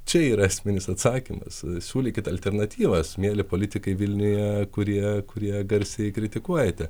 čia yra esminis atsakymas siūlykit alternatyvas mieli politikai vilniuje kurie kurie garsiai kritikuojate